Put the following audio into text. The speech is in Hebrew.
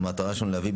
המטרה שלנו היא להביא,